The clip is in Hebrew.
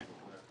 כן.